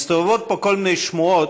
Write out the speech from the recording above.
מסתובבות פה כל מיני שמועות